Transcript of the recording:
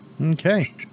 Okay